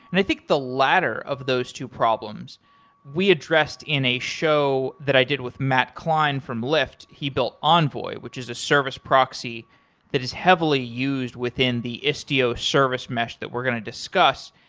and i think the latter of those two problems we addressed in a show that i did with matt klein from lyft. he built envoy, which is a service proxy that is heavily used within the istio service mesh that we're going to discuss.